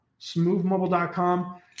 Smoothmobile.com